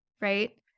right